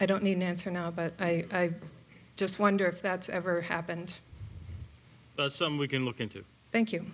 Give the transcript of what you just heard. i don't need an answer now but i just wonder if that's ever happened some we can look into thank you